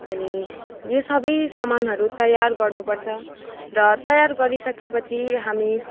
अनि यो सबै सामानहरू तैयार गर्नु पर्छ र तैयार गरिसकेपछि हामी